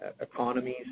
economies